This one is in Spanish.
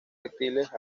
reptiles